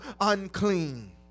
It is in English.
unclean